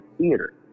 theater